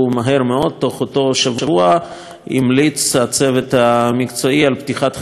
בתוך אותו שבוע המליץ הצוות המקצועי על פתיחת חקירה פלילית,